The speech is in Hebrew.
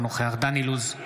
אינו נוכח דן אילוז,